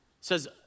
Says